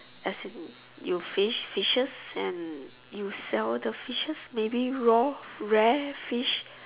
as in you fish fishes and you sell the fishes maybe raw rare fish